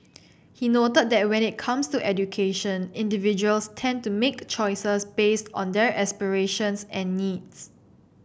he noted that when it comes to education individuals tend to make choices based on their aspirations and needs